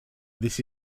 this